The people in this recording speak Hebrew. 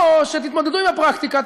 או שתתמודדו עם הפרקטיקה,